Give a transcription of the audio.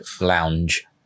lounge